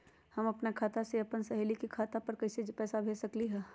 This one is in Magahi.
हम अपना खाता से अपन सहेली के खाता पर कइसे पैसा भेज सकली ह?